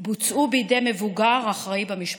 בוצעו בידי מבוגר אחראי במשפחה.